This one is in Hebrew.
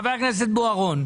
חבר הכנסת בוארון.